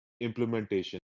implementation